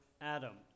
Adam